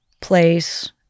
place